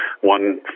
one